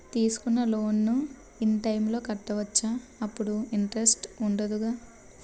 తీసుకున్న loan in time లో కట్టవచ్చ? అప్పుడు ఇంటరెస్ట్ వుందదు కదా?